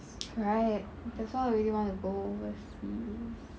right that's why I really want to go overseas